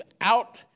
out